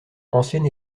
ancien